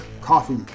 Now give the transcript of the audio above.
Coffee